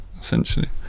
essentially